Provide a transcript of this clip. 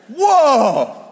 whoa